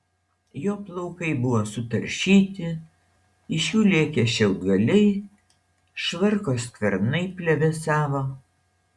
jo plaukai buvo sutaršyti iš jų lėkė šiaudgaliai švarko skvernai plevėsavo